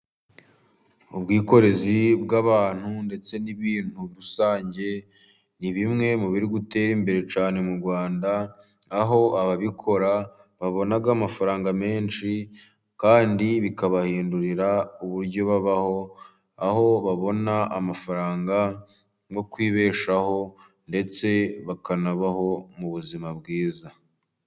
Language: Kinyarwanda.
Ubwikorezi bw'abantu ndetse n'ibintu rusange， ni bimwe mu biri gutera imbere cyane mu Rwanda， aho ababikora babona amafaranga menshi， kandi bikabahindurira uburyo babaho， aho babona amafaranga yo kwibeshaho， ndetse bakanabaho mu ubuzima bwiza.